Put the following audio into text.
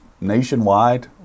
nationwide